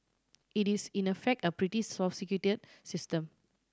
it is in a fact a pretty sophisticated system